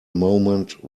moment